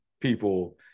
people